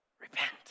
Repent